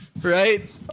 right